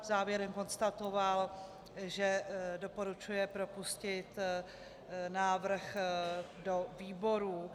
Závěrem konstatoval, že doporučuje propustit návrh do výborů.